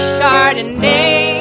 Chardonnay